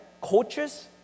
coaches